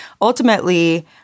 ultimately